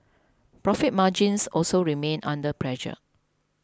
profit margins also remained under pressure